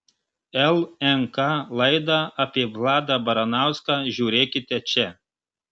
lnk laidą apie vladą baranauską žiūrėkite čia